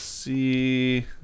See